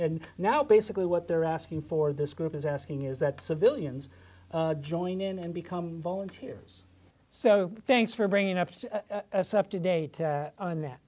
now basically what they're asking for this group is asking is that civilians join in and become volunteers so thanks for bringing us up to date on that